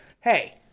Hey